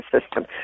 system